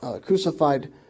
crucified